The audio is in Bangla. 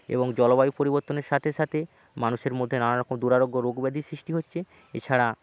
এবং জলবায়ু পরিবর্তনের সাথে সাথে মানুষের মধ্যে নানারকম দুরারোগ্য রোগ ব্যাধি সৃষ্টি হচ্ছে এছাড়া